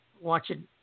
watching